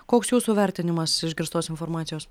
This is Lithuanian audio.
koks jūsų vertinimas išgirstos informacijos